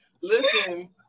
Listen